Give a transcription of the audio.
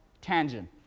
tangent